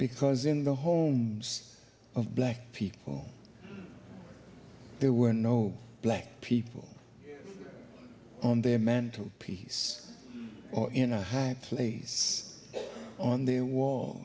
because in the homes of black people there were no black people on their mantel piece or in a high place on their wall